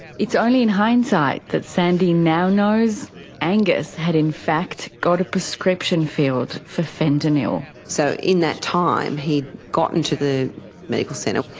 it's only in hindsight that sandy now knows angus had in fact got a prescription filled for fentanyl. so in that time he'd gotten to the medical centre,